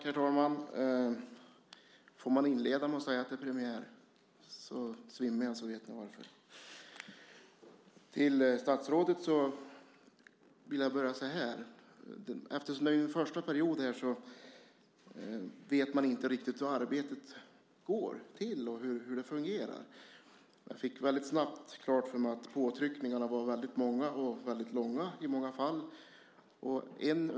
Herr talman! Eftersom det är min första riksdagsperiod vet jag inte riktigt hur arbetet går till och hur det fungerar. Jag fick väldigt snabbt klart för mig att det var väldigt många påtryckningar, och i många fall väldigt långa.